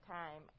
time